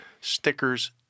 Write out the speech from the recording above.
stickers